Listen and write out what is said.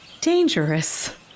Dangerous